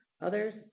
others